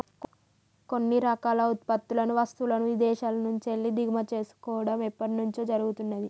కొన్ని రకాల ఉత్పత్తులను, వస్తువులను ఇదేశాల నుంచెల్లి దిగుమతి చేసుకోడం ఎప్పట్నుంచో జరుగుతున్నాది